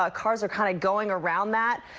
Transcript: ah cars are kind of going around that.